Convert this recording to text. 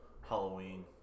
halloween